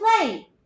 play